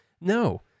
No